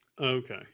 Okay